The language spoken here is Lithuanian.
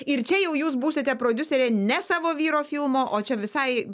ir čia jau jūs būsite prodiusere ne savo vyro filmo o čia visai